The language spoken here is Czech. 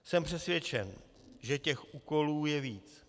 Jsem přesvědčen, že těch úkolů je víc.